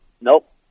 Nope